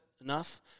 enough